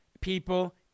people